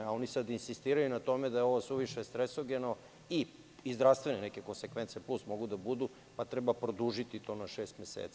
Oni sada insistiraju na tome da je ovo suviše stresogeno i zdravstvene neke konsekvence plus mogu da budu, pa treba produžiti to na šest meseci.